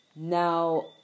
Now